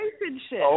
relationship